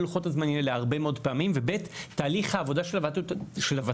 הרבה מאוד פעמים לא עומד בלוחות הזמנים האלה.